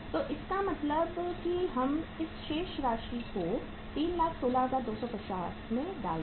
तो इसका मतलब है कि हम इस शेष राशि को 316250 में डाल दें